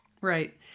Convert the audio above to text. Right